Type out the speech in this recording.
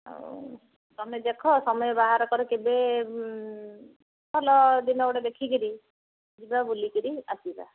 ଆଉ ତୁମେ ଦେଖ ସମୟ ବାହାର କର କେବେ ଭଲ ଦିନ ଗୋଟେ ଦେଖିକରି ଯିବା ବୁଲିକରି ଆସିବା